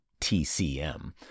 TCM